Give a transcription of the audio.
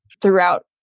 throughout